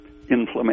inflammation